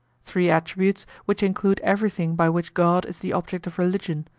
three attributes which include everything by which god is the object of religion,